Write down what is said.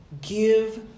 give